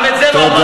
גם את זה לא אמרתי.